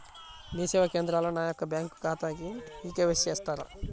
మీ సేవా కేంద్రంలో నా యొక్క బ్యాంకు ఖాతాకి కే.వై.సి చేస్తారా?